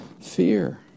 fear